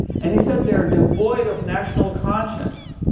and he said they're devoid of national conscience.